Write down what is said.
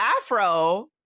Afro